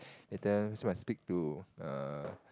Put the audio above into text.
later still must speak to err